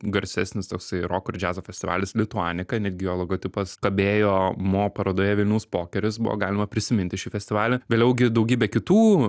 garsesnis toksai roko ir džiazo festivalis lituanika netgi jo logotipas kabėjo mo parodoje vilniaus pokeris buvo galima prisiminti šį festivalį vėliau gi daugybė kitų